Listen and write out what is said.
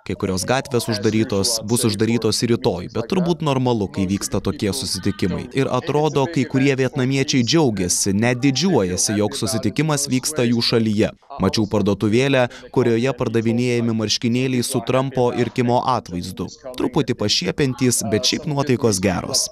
kai kurios gatvės uždarytos bus uždarytos rytoj bet turbūt normalu kai vyksta tokie susitikimai ir atrodo kai kurie vietnamiečiai džiaugiasi net didžiuojasi jog susitikimas vyksta jų šalyje mačiau parduotuvėlę kurioje pardavinėjami marškinėliai su trampo ir kimo atvaizdu truputį pašiepiantys bet šiaip nuotaikos geros